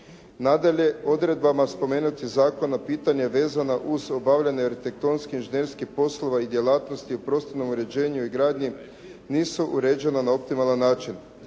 Nadalje, odredbama spomenutih zakona pitanja vezana uz obavljanje arhitektonskih i inženjerskih poslova i djelatnosti u prostornom uređenju i gradnji nisu uređena na optimalan način.